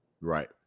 right